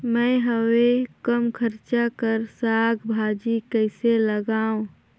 मैं हवे कम खर्च कर साग भाजी कइसे लगाव?